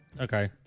Okay